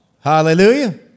Hallelujah